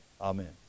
Amen